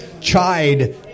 chide